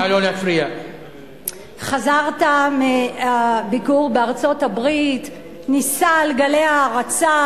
חזרת מביקור בארצות-הברית נישא על גלי הערצה,